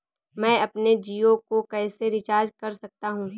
मैं अपने जियो को कैसे रिचार्ज कर सकता हूँ?